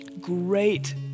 Great